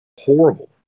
horrible